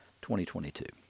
2022